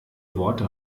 worte